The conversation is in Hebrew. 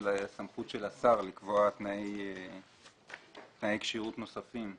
סמכות השר לקבוע תנאי כשירות נוספים.